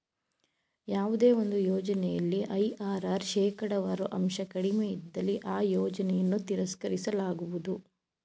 ಯಾವುದೇ ಒಂದು ಯೋಜನೆಯಲ್ಲಿ ಐ.ಆರ್.ಆರ್ ಶೇಕಡವಾರು ಅಂಶ ಕಡಿಮೆ ಇದ್ದಲ್ಲಿ ಆ ಯೋಜನೆಯನ್ನು ತಿರಸ್ಕರಿಸಲಾಗುವುದು